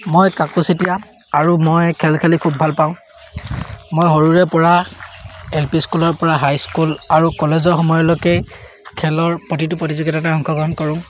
মই কাকু চেতিয়া আৰু মই খেল খেলি খুব ভাল পাওঁ মই সৰুৰেপৰা এল পি স্কুলৰপৰা হাইস্কুল আৰু কলেজৰ সময়লৈকেই খেলৰ প্ৰতিটো প্ৰতিযোগিতাতে অংশগ্ৰহণ কৰোঁ